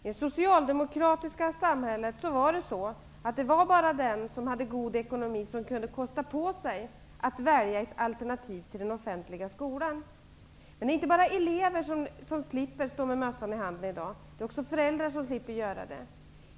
I det socialdemokratiska samhället var det bara den som hade god ekonomi som kunde kosta på sig att välja ett alternativ till den offentliga skolan. Det är inte bara elever som slipper att stå med mössan i handen i dag. Det är också föräldrar som slipper att göra det.